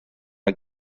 mae